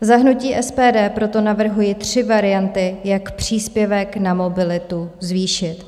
Za hnutí SPD proto navrhuji tři varianty, jak příspěvek na mobilitu zvýšit.